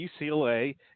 UCLA